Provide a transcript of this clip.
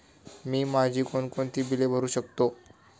मी माझी कोणकोणती बिले भरू शकतो?